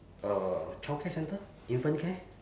uh childcare centre infant care